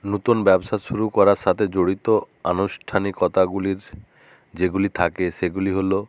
নতুন ব্যবসা শুরু করার সাথে জড়িত আনুষ্ঠানিকতাগুলির যেগুলি থাকে সেগুলি হলো